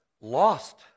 lost